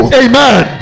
amen